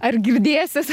ar girdėsis